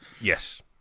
Yes